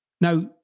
Now